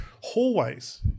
Hallways